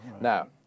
Now